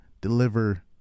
deliver